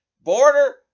border